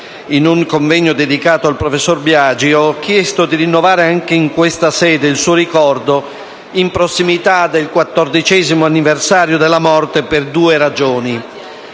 in un convegno dedicato al professor Biagi, ho chiesto di rinnovare anche in questa sede il suo ricordo, in prossimità del quattordicesimo anniversario della morte, per due ragioni.